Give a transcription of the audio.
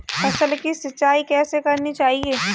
फसल की सिंचाई कैसे करनी चाहिए?